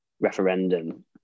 referendum